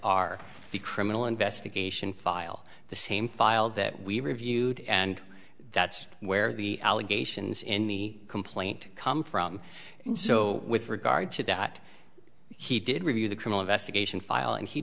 the criminal investigation file the same file that we reviewed and that's where the allegations in the complaint come from so with regard to that he did review the criminal investigation file and he